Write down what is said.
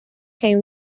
quem